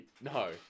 no